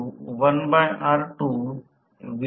तर मी रेषीय भाग दाखविला